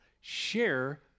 share